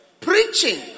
preaching